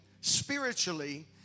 spiritually